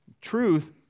truth